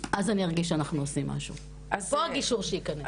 אז אני ארגיש שאנחנו עושים משהו, פה הגישור שיכנס.